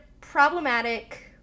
problematic